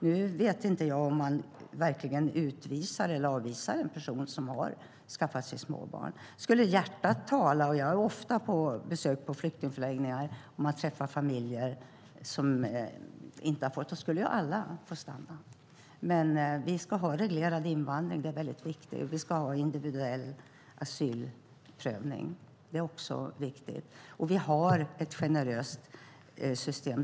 Nu vet inte jag om man verkligen utvisar eller avvisar en person som har små barn. Jag är ofta på besök på flyktingförläggningar och träffar familjer, och skulle hjärtat tala fick alla stanna. Men vi ska ha reglerad invandring. Det är viktigt. Vi ska ha individuell asylprövning. Det är också viktigt. Vi har ett generöst system.